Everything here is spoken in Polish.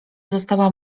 została